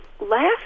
last